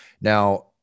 Now